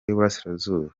y’uburasirazuba